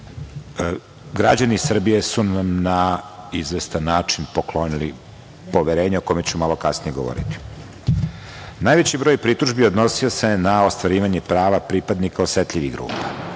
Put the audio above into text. građani Srbije su nam na izvestan način poklonili poverenje, o kome ću malo kasnije govoriti. Najveći broj pritužbi, odnosio se na ostvarivanje prava pripadnika osetljivih grupa,